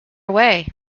way